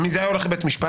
אם זה היה הולך לבית המשפט,